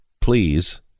please